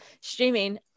streaming